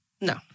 No